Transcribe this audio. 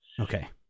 Okay